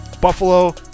Buffalo